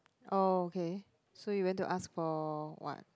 oh okay so you went to ask for what